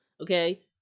okay